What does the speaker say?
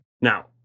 Now